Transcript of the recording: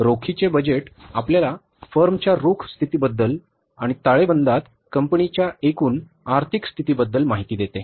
तर रोखीचे बजेट आपल्याला फर्मच्या रोख स्थितीबद्दल आणि ताळेबंदात कंपनीच्या एकूण आर्थिक स्थितीबद्दल माहिती देते